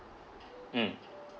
mm